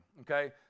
Okay